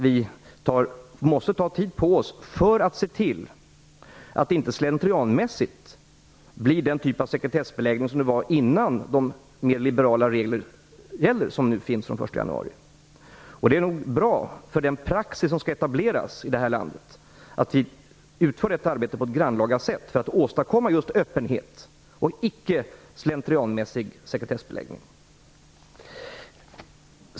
Vi måste ta tid på oss för att se till att det inte slentrianmässigt görs den typ av sekretessbeläggning som gjordes innan de mer liberala regler som gäller från den 1 Det är nog bra för den praxis som skall etableras i landet att vi utför detta arbete på ett grannlaga sätt. Vi vill åstadkomma just öppenhet - icke slentrianmässig sekretessbeläggning.